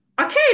okay